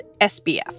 SBF